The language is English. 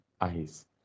eyes